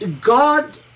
God